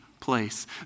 place